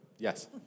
Yes